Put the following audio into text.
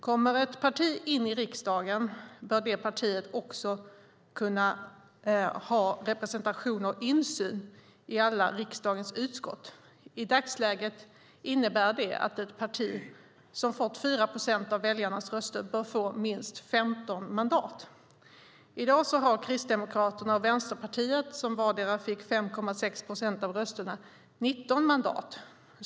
Kommer ett parti in i riksdagen bör det partiet också ha representation och insyn i alla riksdagens utskott. I dagsläget innebär det att ett parti som fått 4 procent av väljarnas röster bör få minst 15 mandat. I dag har Kristdemokraterna och Vänsterpartiet, som vardera fick 5,6 procent av rösterna, 19 mandat.